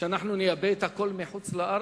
שאנחנו נייבא את הכול מחוץ-לארץ?